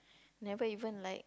never even like